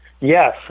Yes